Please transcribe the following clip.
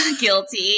Guilty